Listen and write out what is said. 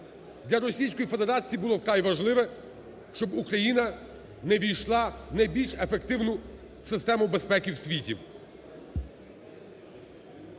для Російської Федерації було вкрай важливо, щоб Україна не ввійшла у найбільш ефективну систему безпеки в світі.